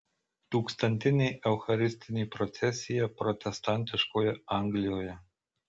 tūkstantinė eucharistinė procesija protestantiškoje anglijoje